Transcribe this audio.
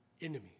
enemies